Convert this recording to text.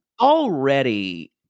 Already